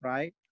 Right